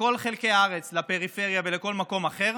לכל חלקי הארץ, לפריפריה ולכל מקום אחר.